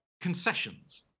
concessions